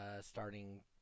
starting